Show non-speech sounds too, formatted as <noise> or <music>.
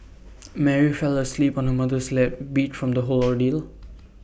Mary fell asleep on her mother's lap beat from the <noise> whole ordeal